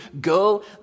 go